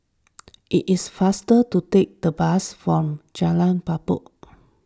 it is faster to take the bus from Jalan Datoh